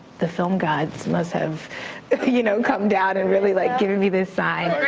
the film gods must have you know come down and really like given me the sign.